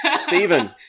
Stephen